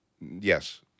yes